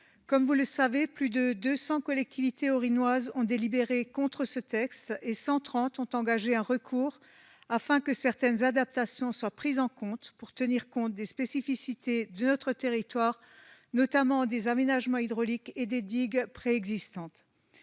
Comme vous le savez, plus de 200 collectivités haut-rhinoises ont adopté une délibération contre ce texte et 130 d'entre elles ont engagé un recours afin que certaines adaptations soient envisagées pour tenir compte des spécificités de notre territoire, notamment des aménagements hydrauliques et des digues préexistantes.